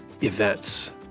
Events